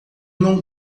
não